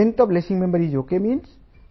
0